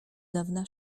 dawna